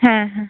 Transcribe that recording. হ্যাঁ হ্যাঁ